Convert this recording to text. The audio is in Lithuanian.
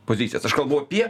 pozicijas aš kalbu apie